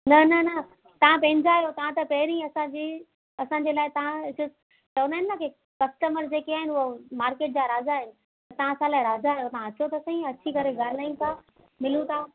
न न न तव्हां पंहिंजा आहियो तव्हां त पहिरीं असांजी असांजे लाइ तव्हां हिकु चवंदा आहिनि की कस्टमर जेके आहिनि उहो मार्केट जा राजा आहिनि त तव्हां असां लाइ राजा आहियो तव्हां अचो त सही अची करे ॻाल्हायूं था मिलूं था